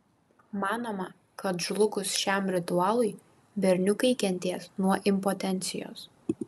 manoma kad žlugus šiam ritualui berniukai kentės nuo impotencijos